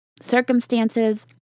circumstances